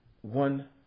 one